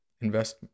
invest